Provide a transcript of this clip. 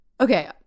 Okay